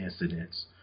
incidents